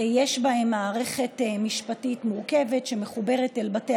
יש בהם מערכת משפטית מורכבת שמחוברת אל בתי